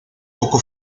poco